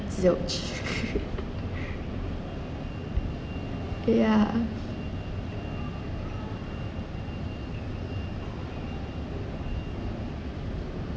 ze~ o ya